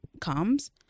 comes